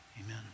amen